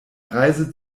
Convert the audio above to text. reise